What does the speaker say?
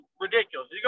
ridiculous